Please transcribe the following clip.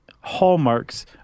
hallmarks